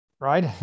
right